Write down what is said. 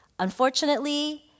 Unfortunately